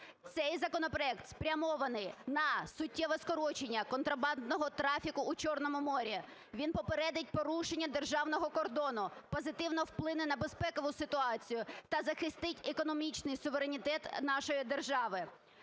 Цей законопроект спрямований на суттєве скорочення контрабандного трафіку у Чорному морі, він попередить порушення державного кордону, позитивно вплине на безпекову ситуацію та захистить економічний суверенітет нашої держави.